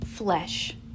Flesh